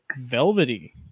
velvety